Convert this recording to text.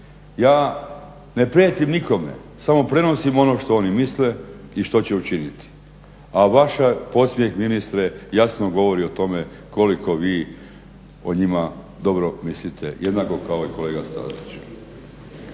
Ja ne prijetim nikome, samo prenosim ono što oni misle i što će učiniti. A vaš podsmijeh ministre jasno govori o tome koliko vi o njima dobro mislite, jednako kao i kolega Stazić.